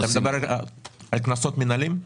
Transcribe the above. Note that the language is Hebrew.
אתה מדבר על קנסות מינהלים?